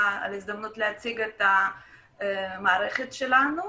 תודה על ההזדמנות להציג את המערכת שלנו.